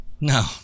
No